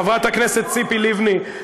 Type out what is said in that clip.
חברת הכנסת ציפי לבני,